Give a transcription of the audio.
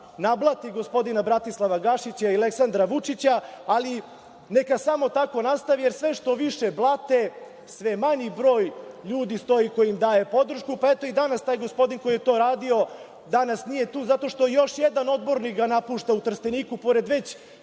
nablati gospodina Bratislava Gašića i Aleksandra Vučića. Ali, neka samo tako nastave, jer, sve što više blate, sve je manji broj ljudi koji im daje podršku. Eto, i danas taj gospodin koji je to radio nije tu, zato što ga još jedan odbornik napušta u Trsteniku, pored većeg